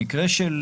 במקרה של